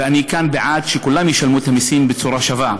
ואני כאן בעד שכולם ישלמו את המסים בצורה שווה,